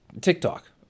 TikTok